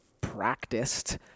practiced